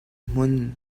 hmun